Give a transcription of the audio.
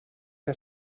que